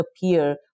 appear